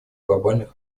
глобальных